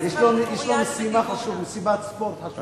יש לו משימת ספורט חשובה.